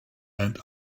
and